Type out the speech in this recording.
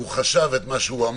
הוא חשב את מה שאמר,